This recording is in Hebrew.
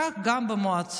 כך גם במועצות.